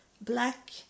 black